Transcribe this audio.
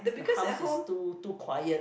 the house is too too quiet